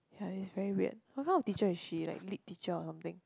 ya it's very weird how come a teacher is she like lead teacher or something